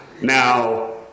Now